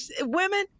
women